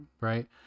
right